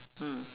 mm